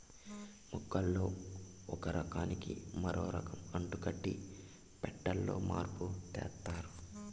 మొక్కల్లో ఒక రకానికి మరో రకం అంటుకట్టి పెట్టాలో మార్పు తెత్తారు